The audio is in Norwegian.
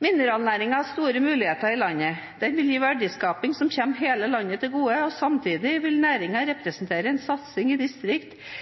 Mineralnæringen har store muligheter i landet. Den vil gi verdiskaping som kommer hele landet til gode, og samtidig vil næringen representere en satsing i